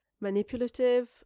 manipulative